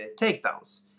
takedowns